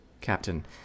Captain